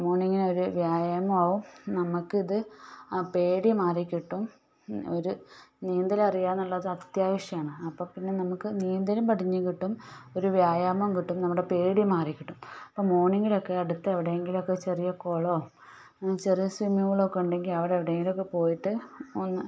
മോണിങ്ങിലൊരു വ്യായാമം ആവും നമ്മൾക്കിത് ആ പേടി മാറിക്കിട്ടും ഒരു നീന്തലറിയാന്നുള്ളത് അത്യാവശ്യമാണ് അപ്പം പിന്നെ നമുക്ക് നീന്തലും പഠിച്ച് കിട്ടും ഒരു വ്യായാമം കിട്ടും നമ്മുടെ പേടി മാറിക്കിട്ടും അപ്പം മോണിങ്ങിലൊക്കെ അടുത്തെവിടെങ്കിലുമൊക്കെ ചെറിയ കുളമോ ചെറിയ സ്വിമ്മിങ്ങ് പൂളൊക്കൊയുണ്ടെങ്കിൽ അവടെ എവിടെ എങ്കിലുമൊക്കെ പോയിട്ട് ഒന്ന്